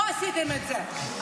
לא עשיתם את זה.